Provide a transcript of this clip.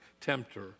tempter